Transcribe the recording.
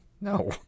No